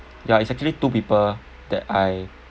ya it's actually two people that I